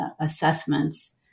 assessments